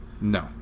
no